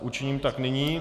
Učiním tak nyní.